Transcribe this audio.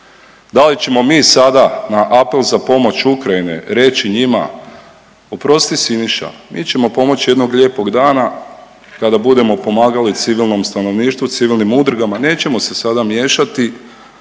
Da li ćemo mi sada na apel za pomoć Ukrajine reći njima, oprosti Siniša mi ćemo pomoći jednog lijepog dana kada budemo pomagali civilnom stanovništvu, civilnim udrugama, nećemo se sada miješati,